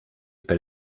per